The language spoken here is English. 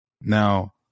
Now